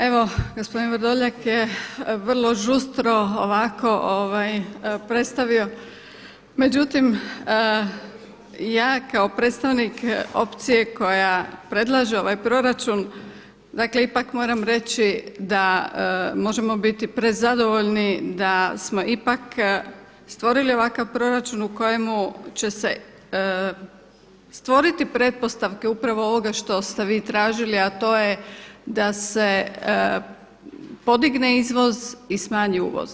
Evo gospodin Vrdoljak je vrlo žustro ovako predstavio međutim ja kao predstavnik opcije koja predlaže ovaj proračun dakle ipak moram reći da možemo biti prezadovoljni da smo ipak stvorili ovakav proračun u kojemu će se stvoriti pretpostavke upravo ovoga što ste vi tražili, a to je da se podigne izvoz i smanji uvoz.